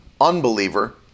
unbeliever